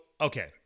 okay